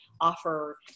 offer